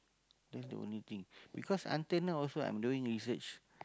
that's the only thing because until now also I'm doing research